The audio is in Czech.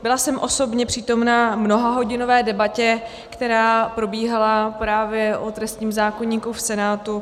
Byla jsem osobně přítomna mnohahodinové debatě, která probíhala právě o trestním zákoníku v Senátu.